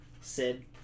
Sid